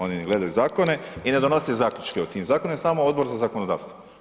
Oni ne gledaju zakone i ne donose zaključke o tim zakonima, samo Odbor za zakonodavstvo.